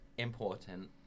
important